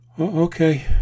okay